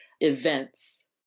events